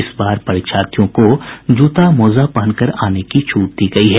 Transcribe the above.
इस बार परीक्षार्थियों को जूता मोजा पहनकर आने की छूट दी गयी है